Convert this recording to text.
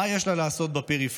מה יש לה לעשות בפריפריה?